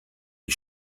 wie